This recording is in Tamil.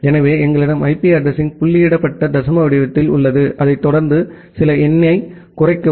எனவே எங்களிடம் ஐபி அட்ரஸிங் புள்ளியிடப்பட்ட தசம வடிவத்தில் உள்ளது அதைத் தொடர்ந்து சில எண்ணைக் குறைக்கவும்